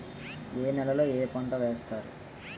ఏ నేలలో ఏ పంట వేస్తారు?